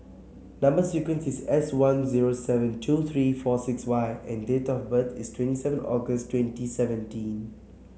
number sequence is S one zero seven two three four six Y and date of birth is twenty seven August twenty seventeen